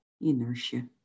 inertia